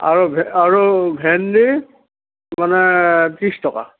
আৰু আৰু ভেন্দি মানে ত্ৰিছ টকা